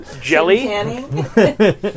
Jelly